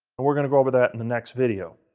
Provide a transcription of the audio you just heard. and we're going to go over that in the next video.